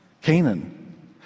Canaan